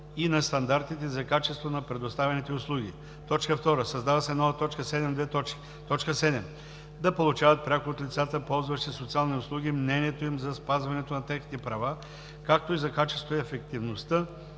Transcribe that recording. и на стандартите за качество на предоставяните услуги;“. 2. Създава се нова т. 7: „7. да получават пряко от лицата, ползващи социални услуги, мнението им за спазването на техните права, както и за качеството и ефективността